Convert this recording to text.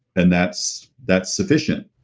and that's that's sufficient.